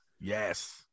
Yes